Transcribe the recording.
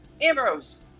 Ambrose